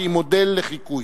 שהיא מודל לחיקוי.